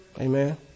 Amen